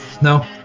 No